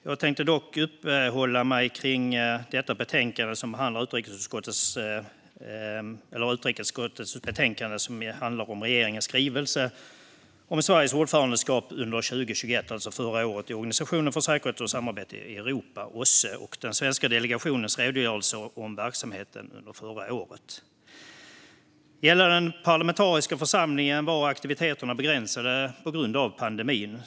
Jag tänkte dock uppehålla mig vid utrikesutskottets betänkande, som handlar om regeringens skrivelse om Sveriges ordförandeskap för Organisationen för säkerhet och samarbete i Europa, OSSE, under 2021 samt den svenska delegationens redogörelser för verksamheten under förra året. Gällande den parlamentariska församlingen var aktiviteterna begränsade på grund av pandemin.